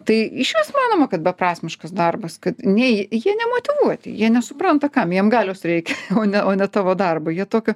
tai išvis manoma kad beprasmiškas darbas kad nei jie nemotyvuoti jie nesupranta kam jiem galios reikia o ne o ne tavo darbo jie tokio